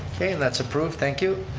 okay, and that's approved. thank you.